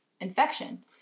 infection